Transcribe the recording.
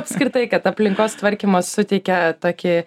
apskritai kad aplinkos tvarkymas suteikia tokį